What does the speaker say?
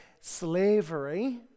slavery